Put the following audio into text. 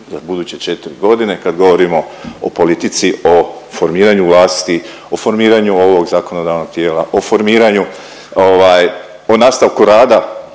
za buduće 4.g. kad govorimo o politici, o formiranju vlasti, o formiranju ovog zakonodavnog tijela, o formiranju